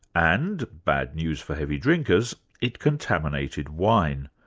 and bad news for heavy drinkers it contaminated wine.